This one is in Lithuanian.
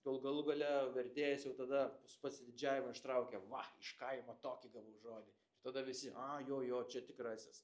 kol galų gale vertėjas jau tada su pasididžiavimu ištraukia va iš kaimo tokį gavau žodį tada visi a jo jo čia tikrasis